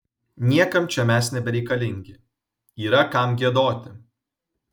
niekam čia mes nebereikalingi yra kam giedoti